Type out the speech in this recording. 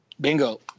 Bingo